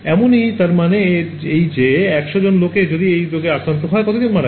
এমনই তার মানে এই যে 100 জন লোক যদি এই রোগে আক্রান্ত হয় তবে কতজন মারা গেল